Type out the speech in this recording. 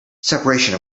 separation